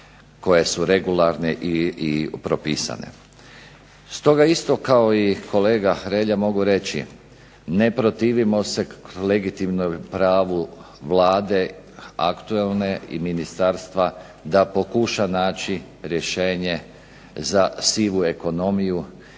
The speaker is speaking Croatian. koje su regularne i propisane. Stoga isto kao i kolega Hrelja mogu reći ne protivimo se legitimnom pravu Vlade aktualne i ministarstva da pokuša naći rješenje za sivu ekonomiju